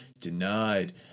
Denied